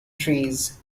trees